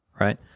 right